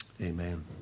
Amen